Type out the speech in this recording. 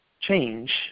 change